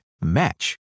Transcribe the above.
match